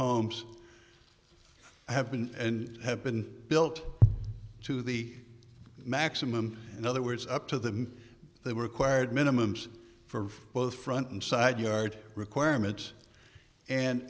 homes have been and have been built to the maximum in other words up to the they were required minimum for both front and side yard requirements and